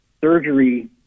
surgery